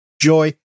joy